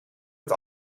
met